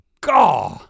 Gah